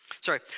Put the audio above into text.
Sorry